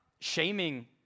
shaming